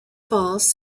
falls